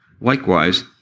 Likewise